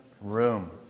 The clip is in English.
Room